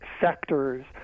sectors